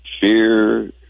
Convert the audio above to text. fear